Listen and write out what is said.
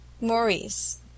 Maurice